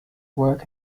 work